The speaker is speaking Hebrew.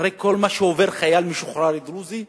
אחרי כל מה שעובר חייל משוחרר דרוזי,